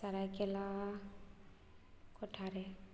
ᱥᱟᱨᱟᱭᱠᱮᱞᱟ ᱴᱚᱴᱷᱟᱨᱮ